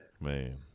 Man